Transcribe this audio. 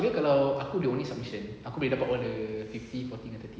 kira kalau aku the only submission aku boleh dapat all the fifty forty and thirty ah